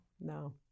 no